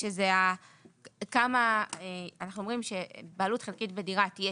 אנחנו אומרים שבעלות חלקית בדירה תהיה